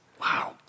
Wow